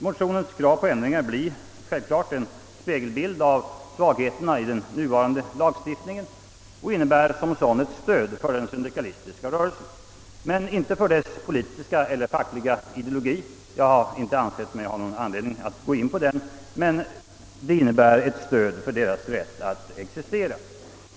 Motionens krav på ändringar blir självklart en spegelbild av svagheterna i den nuvarande lagstiftningen och innebär som sådan ett stöd åt den syndikalistiska rörelsen, men inte för dess politiska eller fackliga ideologi — jag har inte ansett mig ha någon anledning att gå in på den — utan enbart för dess rätt att existera.